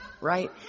Right